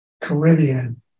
Caribbean